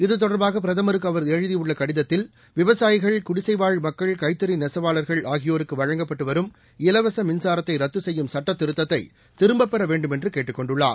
இது தொடர்பாக பிரதமருக்கு அவர் எழுதியுள்ள கடிதத்தில் விவசாயிகள் குடிசைவாழ் மக்கள் கைத்தறி நெசவாளா்கள் ஆகியோருக்கு வழங்கப்பட்டு வரும் இலவச மின்சாரத்தை ரத்து செய்யும் சுட்டத்திருத்தத்தை திரும்பப்பெற வேண்டுமென்று கேட்டுக் கொண்டுள்ளார்